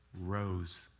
rose